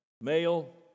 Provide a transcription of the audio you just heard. male